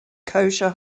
kosher